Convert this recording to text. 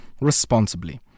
responsibly